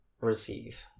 receive